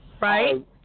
Right